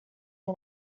and